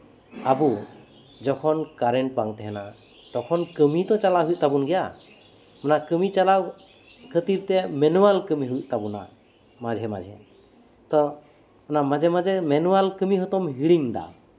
ᱟᱵᱚ ᱡᱚᱠᱷᱚᱱ ᱠᱟᱨᱮᱱᱴ ᱵᱟᱝ ᱛᱟᱦᱮᱱᱟ ᱛᱚᱠᱷᱚᱱ ᱠᱟᱹᱢᱤ ᱛᱚ ᱪᱟᱞᱟᱜ ᱦᱩᱭᱩᱜ ᱛᱟᱵᱚᱱ ᱜᱮᱭᱟ ᱚᱱᱟ ᱠᱟᱹᱢᱤ ᱪᱟᱞᱟᱣ ᱠᱷᱟᱹᱛᱤᱨᱛᱮ ᱢᱤᱱᱩᱣᱟᱞ ᱠᱟᱹᱢᱤ ᱦᱩᱭᱩᱜ ᱛᱟᱵᱳᱱᱟ ᱢᱟᱡᱷᱮ ᱢᱟᱡᱷᱮ ᱛᱚ ᱢᱟᱡᱷᱮ ᱢᱟᱡᱷᱮ ᱢᱤᱱᱩᱣᱟᱞ ᱠᱟᱹᱢᱤ ᱦᱚᱛᱚᱢ ᱦᱤᱲᱤᱧ ᱫᱟ